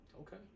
Okay